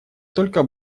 только